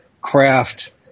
craft